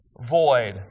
void